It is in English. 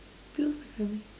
feels like